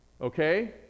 okay